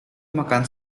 makan